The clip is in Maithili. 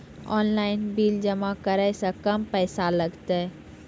ऑनलाइन बिल जमा करै से कम पैसा लागतै?